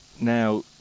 Now